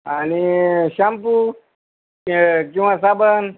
आणि शाम्पू किंवा साबण